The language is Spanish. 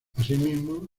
asimismo